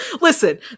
Listen